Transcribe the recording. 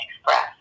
express